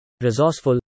resourceful